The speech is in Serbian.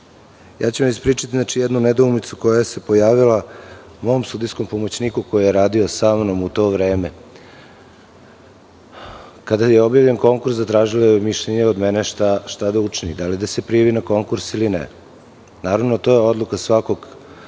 akademiji. Ispričaću vam jednu nedoumicu koja se pojavila mom sudijskom pomoćniku koji je radio sa mnom u to vreme. Kada je objavljen konkurs, zatražio je mišljenje od mene šta da učini, da li da se prijavi na konkurs ili ne. Naravno, to je odluka svakog